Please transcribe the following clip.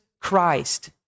Christ